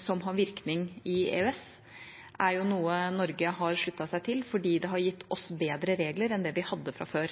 som har virkning i EØS, er noe Norge har sluttet seg til fordi det har gitt oss bedre regler enn det vi hadde fra før.